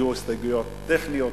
היו הסתייגויות טכניות,